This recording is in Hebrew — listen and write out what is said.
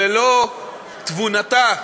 ללא תבונתה,